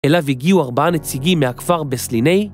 אליו הגיעו ארבעה נציגים מהכפר בסליני